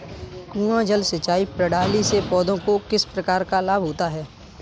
कुआँ जल सिंचाई प्रणाली से पौधों को किस प्रकार लाभ होता है?